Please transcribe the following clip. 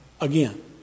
again